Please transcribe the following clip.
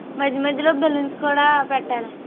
మధ్య మధ్యలో బెలూన్స్ కూడా పెట్టాలండి